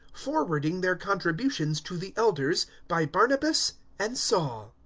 forwarding their contributions to the elders by barnabas and saul.